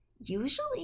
usually